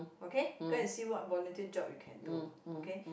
okay go and see what volunteer job you can do okay